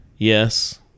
Yes